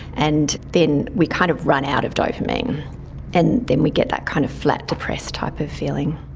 and then we kind of run out of dopamine and then we get that kind of flat, depressed type of feeling.